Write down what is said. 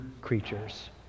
creatures